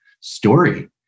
story